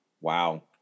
Wow